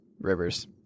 Rivers